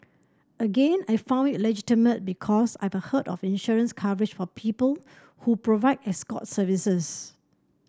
again I found it legitimate because I have heard of insurance coverage for people who provide escort services